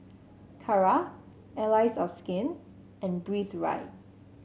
Kara Allies of Skin and Breathe Right